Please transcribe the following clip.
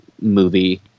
movie